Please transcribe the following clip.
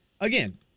again